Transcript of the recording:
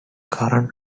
current